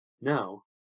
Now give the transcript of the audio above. now